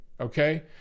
okay